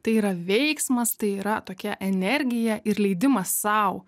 tai yra veiksmas tai yra tokia energija ir leidimas sau